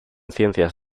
ciencias